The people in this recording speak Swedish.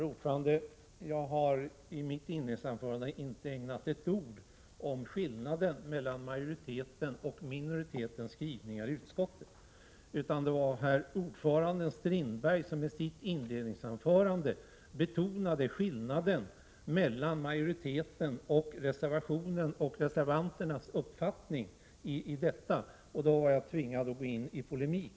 Herr talman! I mitt inledningsanförande redogjorde jag inte med ett enda ord för skillnaden mellan majoritetens och minoritetens skrivningar i utskottet. Det var herr ordförande Strindberg som i sitt inledningsanförande betonade skillnaden mellan majoritetens och reservanternas uppfattning i denna fråga. Jag blev därigenom tvingad att gå in i polemik.